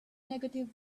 negative